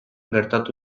gertatu